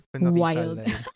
wild